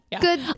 good